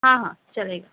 ہاں ہاں چلے گا